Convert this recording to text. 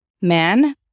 man